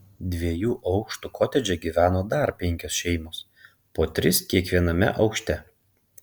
dviejų aukštų kotedže gyveno dar penkios šeimos po tris kiekviename aukšte